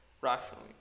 rationally